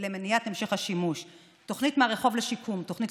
ולמניעת המשך השימוש תוכנית "מהרחוב לשיקום" תוכנית